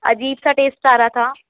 عجیب سا ٹیسٹ آ رہا تھا